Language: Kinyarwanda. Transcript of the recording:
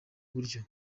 buryo